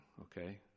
okay